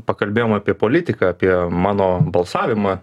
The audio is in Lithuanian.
pakalbėjom apie politiką apie mano balsavimą